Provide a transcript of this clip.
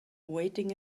waiting